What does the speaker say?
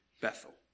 Bethel